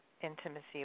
intimacy